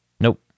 Nope